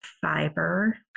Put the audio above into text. fiber